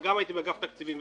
גם הייתי באגף התקציבים,